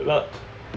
good luck